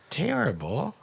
terrible